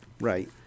Right